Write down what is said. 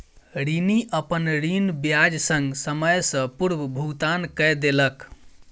ऋणी, अपन ऋण ब्याज संग, समय सॅ पूर्व भुगतान कय देलक